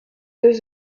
deux